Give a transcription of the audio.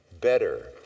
better